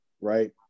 right